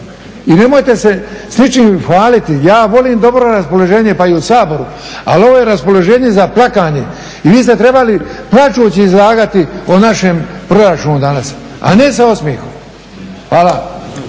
I nemojte se s ničim hvaliti. Ja volim dobro raspoloženje pa i u Saboru, ali ovo je raspoloženje za plakanje. I vi ste trebali plačući izlagati o našem proračunu danas, a ne sa osmjehom. Hvala.